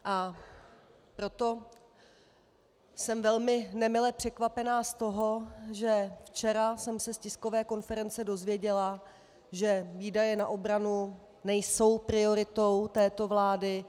Proto jsem velmi nemile překvapena z toho, že včera jsem se z tiskové konference dozvěděla, že výdaje na obranu nejsou prioritou této vlády.